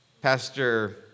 Pastor